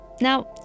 Now